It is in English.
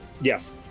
Yes